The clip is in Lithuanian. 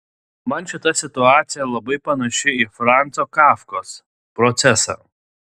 man šita situacija labai panaši į franco kafkos procesą